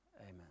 Amen